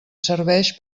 serveix